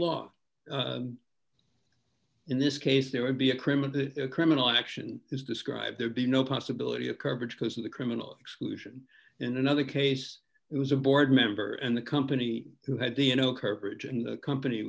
law in this case there would be a criminal a criminal action is described there be no possibility of coverage because of the criminal exclusion in another case it was a board member and the company who had the you know courage in the company